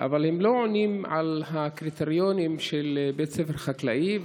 אבל הם לא עונים על הקריטריונים של בית ספר חקלאי,